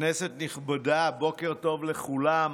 כנסת נכבדה, בוקר טוב לכולם.